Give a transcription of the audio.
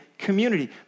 community